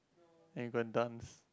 then you go and dance